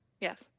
Yes